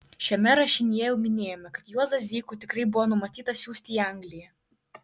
šiame rašinyje jau minėjome kad juozą zykų tikrai buvo numatyta siųsti į angliją